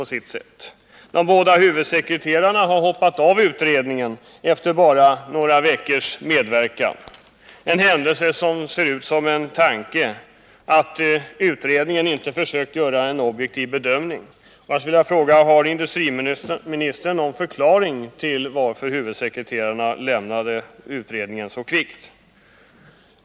De båda huvudsekreterarna har hoppat av utredningen efter bara några veckors medverkan — en händelse som ser ut som en tanke: utredningen har inte försökt göra en objektiv bedömning. Jag skulle vilja fråga: Har industriministern någon förklaring till att huvudsekreterarna lämnade utredningen så kvickt?